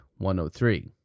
103